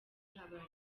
ihabara